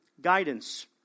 guidance